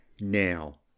Now